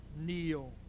Kneel